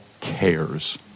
cares